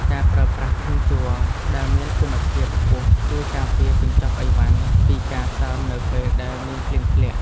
ការប្រើប្រាស់ធុងជ័រដែលមានគុណភាពខ្ពស់ជួយការពារកញ្ចប់អីវ៉ាន់ពីការសើមនៅពេលដែលមានភ្លៀងធ្លាក់។